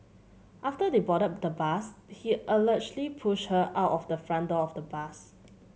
after they boarded the bus he allegedly pushed her out of the front door of the bus